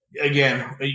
again